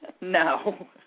No